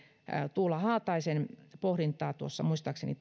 tuula haataisen pohdintaa muistaakseni